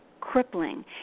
crippling